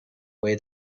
way